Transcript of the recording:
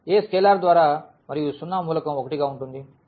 ఏ scalar ద్వారా మరియు 0 మూలకం ఒకటి గా ఉంటుంది